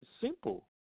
simple